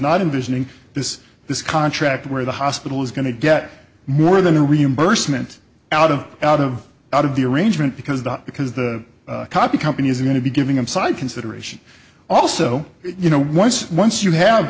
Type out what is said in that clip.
not in visioning this this contract where the hospital is going to get more than a reimbursement out of out of out of the arrangement because the because the copy company is going to be giving them side consideration also you know once once you have